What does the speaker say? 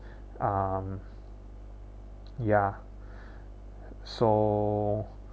um ya so